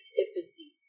infancy